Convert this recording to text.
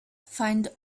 find